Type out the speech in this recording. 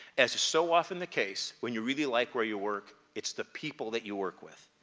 as is so often the case when you really like where you work it's the people that you work with.